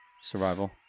Survival